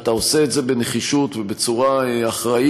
ואתה עושה את זה בנחישות ובצורה אחראית,